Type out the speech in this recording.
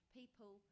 people